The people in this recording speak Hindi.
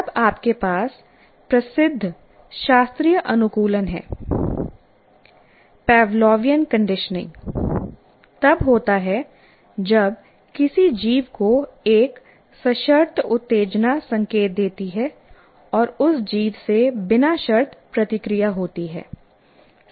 तब आपके पास प्रसिद्ध प्रसिद्ध शास्त्रीय अनुकूलन है पावलोवियन कंडीशनिंग तब होता है जब किसी जीव को एक सशर्त उत्तेजना संकेत देती है और उस जीव से बिना शर्त प्रतिक्रिया होती है